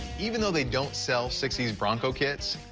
even though they don't sell sixty s bronco kits,